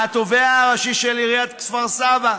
מהתובע הראשי של עיריית כפר סבא.